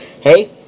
Hey